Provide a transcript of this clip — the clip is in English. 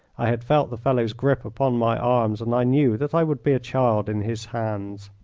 i had felt the fellow's grip upon my arms, and i knew that i would be a child in his hands.